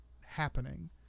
happening